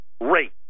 rate